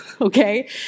okay